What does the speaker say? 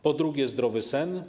Po drugie, zdrowy sen.